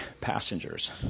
passengers